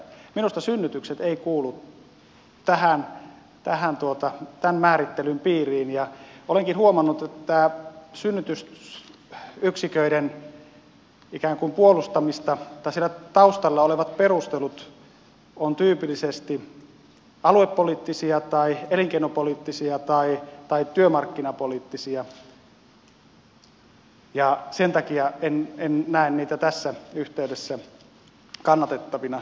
minusta synnytykset eivät kuulu tämän määrittelyn piiriin ja olenkin huomannut että synnytysyksiköiden ikään kuin puolustamisen taustalla olevat perustelut ovat tyypillisesti aluepoliittisia tai elinkeinopoliittisia tai työmarkkinapoliittisia ja sen takia en näe niitä tässä yhteydessä kannatettavina